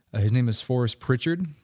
his name is forrest pritchard.